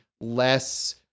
less